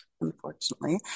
unfortunately